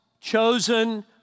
chosen